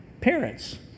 parents